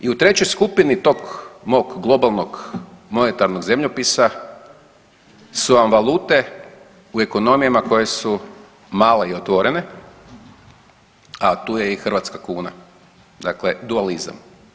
I u trećoj skupini tog mog globalnog monetarnog zemljopisa su vam valute u ekonomijama koje su male i otvorene, a tu je i hrvatska kuna, dakle dualizam.